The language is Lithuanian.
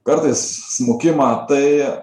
kartais smukimą tai